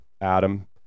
Adam